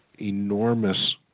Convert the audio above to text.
enormous